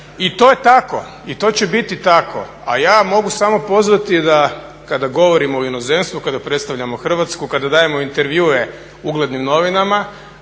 i to je tako i to će biti tako. A ja mogu samo pozvati da kada govorimo u inozemstvu, kada predstavljamo Hrvatsku, kada dajemo intervjue uglednim novinama